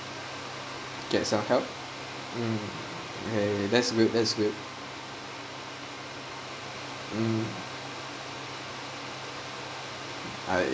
get some help um yea yea that's good that's good um I